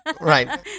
Right